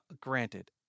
granted